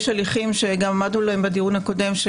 יש הליכים שגם עמדנו עליהם בדיון הקודם,